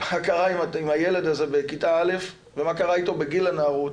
מה קרה עם הילד הזה בכיתה א' ומה קרה איתו בגיל הנערות